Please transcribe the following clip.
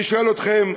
אני שואל אתכם,